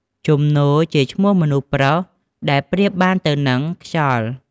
ជំនោ ជាឈ្មោះមនុស្សប្រុសដែលប្រៀបបានទៅនឹងខ្យល់។